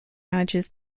manages